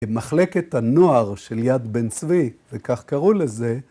‫במחלקת הנוער של יד בן צבי, ‫וכך קראו לזה,